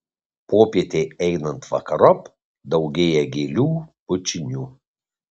popietei einant vakarop daugėja gėlių bučinių